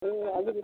ए हजुर